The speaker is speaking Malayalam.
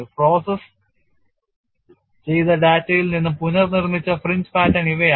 പ്രോസസ്സ് ചെയ്ത ഡാറ്റയിൽ നിന്ന് പുനർനിർമ്മിച്ച ഫ്രിഞ്ച് പാറ്റേൺ ഇവയാണ്